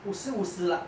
五十五十 lah